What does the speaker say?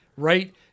Right